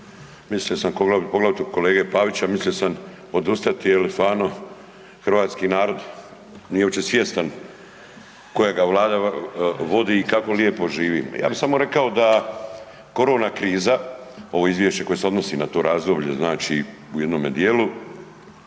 rasprave, poglavito od kolege Pavića, mislio sam odustati jer stvarno hrvatski narod nije uopće svjestan kojega Vlada vodi i kako lijepo živi. Ja bih samo rekao da korona kriza, ovo izvješće koje se odnosi na to razdoblje u jednome dijelu